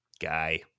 guy